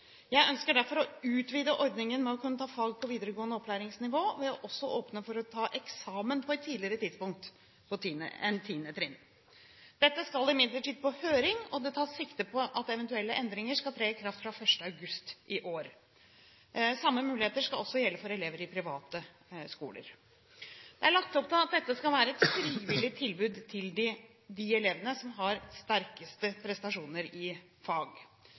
Jeg ønsker derfor å utvide ordningen med å kunne ta fag på videregående opplæringsnivå ved også å åpne for å ta eksamen på et tidligere tidspunkt enn 10. trinn. Dette skal imidlertid på høring, og det tas sikte på at eventuelle endringer skal tre i kraft fra 1. august i år. Samme muligheter skal også gjelde for elever i private skoler. Det er lagt opp til at dette skal være et frivillig tilbud til de